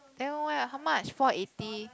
then where how much four eighty